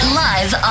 live